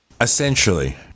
Essentially